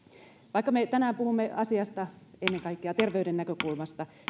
vaikka me tänään puhumme asiasta ennen kaikkea terveyden näkökulmasta